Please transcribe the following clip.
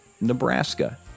Nebraska